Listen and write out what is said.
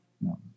No